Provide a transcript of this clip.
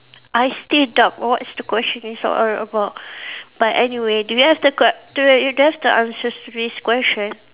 I still doubt what's the question is all about but anyway do you have the que~ do you do you have the answers to this question